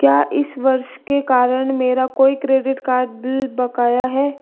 क्या इस वर्ष के कारण मेरा कोई क्रेडिट कार्ड बिल बकाया है